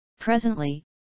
Presently